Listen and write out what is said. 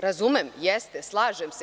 Razumem, jeste, slažem se.